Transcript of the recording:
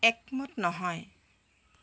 একমত নহয়